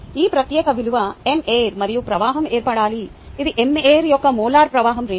ఈ ప్రత్యేక విలువ మరియు ప్రవాహం ఏర్పడాలి ఇది యొక్క మోలార్ ప్రవాహం రేటు